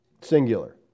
singular